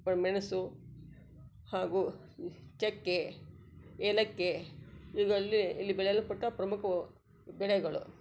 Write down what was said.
ಬ ಮೆಣಸು ಹಾಗೂ ಚಕ್ಕೆ ಏಲಕ್ಕಿ ಇವುಗಳಲ್ಲಿ ಇಲ್ಲಿ ಬೆಳೆಯಲ್ಪಟ್ಟ ಪ್ರಮುಖ ಬೆಳೆಗಳು